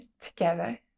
together